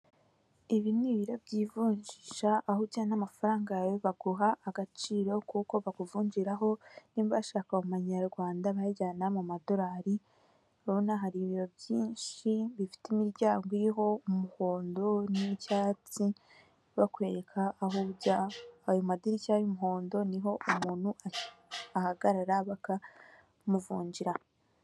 Ibi ni ibiro by'ivunjisha aho ujyana amafaranga yawe baguha agaciro kuko bakuvunjiraho niba bashaka mumanyarwanda abayajyana mu madolari urabona hari ibiro byinshi bifite imiryango iriho umuhondo n'icyatsi bakwereka aho bya ayo madirishya y'umuhondo niho umuntu ahagarara bakamuvungira.